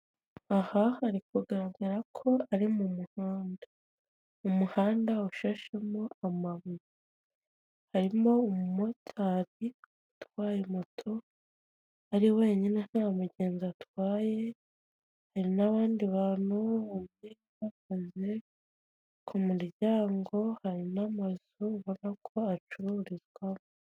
Ese wari uziko bitakiri ngombwa guhangayika wibaza ngo nakoresha iyihe modoka ngiye mu bikorwa byanjye bitandukanye mu gihe njye ntaragura ikinyabiziga cyanjye? Nk'uko mubibona ahangaha hari ahantu haparitse amamodoka atandukanye n'ay'uruganda bita yego, ushobora kuyihamagara ikaba yazi ikagukura iwawe mu rugo ikakujyana aho ariho hose wakwifuza, bagira serivisi nziza kandi ku giciro cyiza.